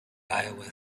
iowa